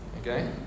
Okay